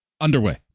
underway